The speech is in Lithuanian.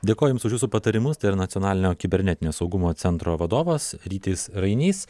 dėkojam jus už jūsų patarimus tai yra nacionalinio kibernetinio saugumo centro vadovas rytis rainys